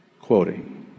Quoting